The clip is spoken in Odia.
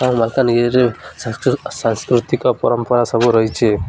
ଆମ ମାଲକାନଗିରିରେ ସାଂ ସାଂସ୍କୃତିକ ପରମ୍ପରା ସବୁ ରହିଛି